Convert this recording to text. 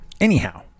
anyhow